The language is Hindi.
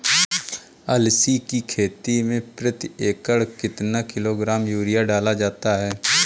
अलसी की खेती में प्रति एकड़ कितना किलोग्राम यूरिया डाला जाता है?